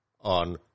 on